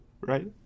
right